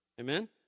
Amen